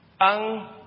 ang